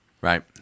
right